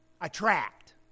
attract